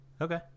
Okay